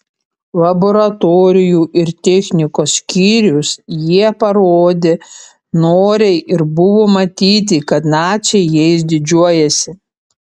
laboratorijų ir technikos skyrius jie parodė noriai ir buvo matyti kad naciai jais didžiuojasi